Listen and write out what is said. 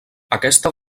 aquesta